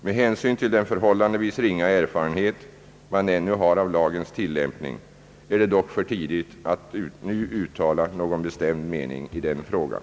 Med hänsyn till den förhållandevis ringa erfarenhet man ännu har av lagens tillämpning är det dock för tidigt att nu uttala någon bestämd mening i den frågan.